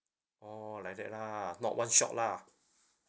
oh like that lah not one shot lah